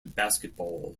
basketball